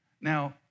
Now